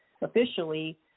officially